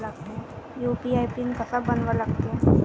UPI PIN कसा बनवा लागते?